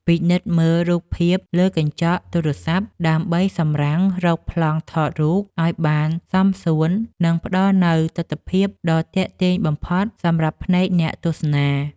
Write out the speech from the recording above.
ពិនិត្យមើលរូបភាពលើកញ្ចក់ទូរសព្ទដើម្បីសម្រាំងរកប្លង់ថតរូបឱ្យបានសមសួន និង ផ្តល់នូវទិដ្ឋភាពដ៏ទាក់ទាញបំផុតសម្រាប់ភ្នែកអ្នកទស្សនា។